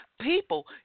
People